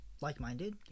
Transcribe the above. Like-minded